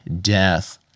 death